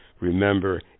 remember